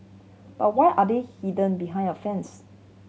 but why are they hidden behind a fence